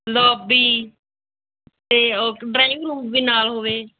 lobby ਅਤੇ ਉਹ drawing room ਵੀ ਨਾਲ ਹੋਵੇ